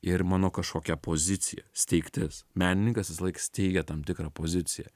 ir mano kažkokia pozicija steigtis menininkas visąlaik steigia tam tikrą poziciją